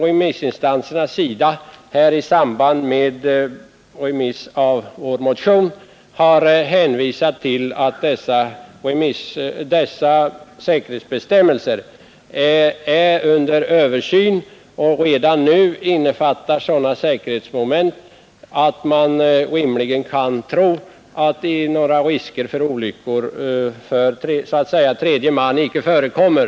Remissinstanserna har i yttranden över vår motion hänvisat till att säkerhetsbestämmelserna håller på att överses; redan nu innehåller de för 103 övrigt sådana säkerhetsmoment, att några olycksrisker för tredje man knappast föreligger.